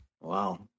Wow